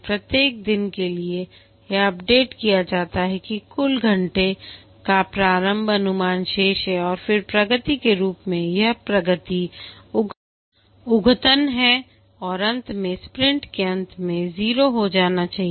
प्रत्येक दिन के लिए यह अपडेट किया जाता है कि कुल घंटों का प्रारंभिक अनुमान शेष है और फिर प्रगति के रूप में यह प्रगति अद्यतन है और अंत में स्प्रिंट के अंत में 0 हो जाना चाहिए